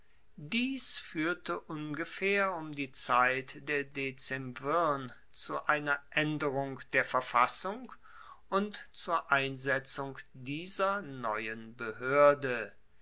dies fuehrte ungefaehr um die zeit der dezemvirn zu einer aenderung der verfassung und zur einsetzung dieser neuen behoerde